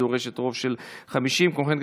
שדורשת רוב של 50. כמו כן,